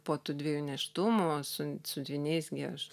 po tų dviejų nėštumų su su dvyniais gi aš